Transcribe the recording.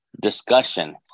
discussion